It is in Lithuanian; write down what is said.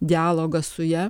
dialogą su ja